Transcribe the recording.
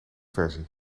versie